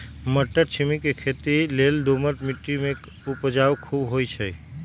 मट्टरछिमि के खेती लेल दोमट माटी में उपजा खुब होइ छइ